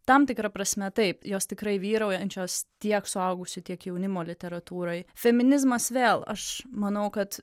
tam tikra prasme taip jos tikrai vyraujančios tiek suaugusių tiek jaunimo literatūroj feminizmas vėl aš manau kad